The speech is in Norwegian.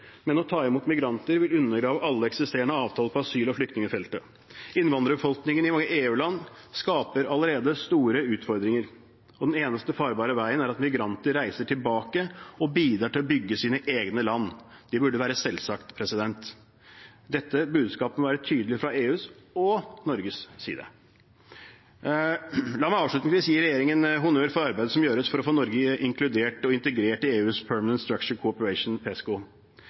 men å ta imot migranter vil undergrave alle eksisterende avtaler på asyl- og flyktningfeltet. Innvandrerbefolkningen i mange EU-land skaper allerede store utfordringer, og den eneste farbare veien er at migranter reiser tilbake og bidrar til å bygge sine egne land. Det burde være selvsagt. Dette budskapet må være tydelig fra EUs og Norges side. La meg avslutningsvis gi regjeringen honnør for arbeidet som gjøres for å få Norge inkludert og integrert i EUs Permanent Structured Cooperation, PESCO.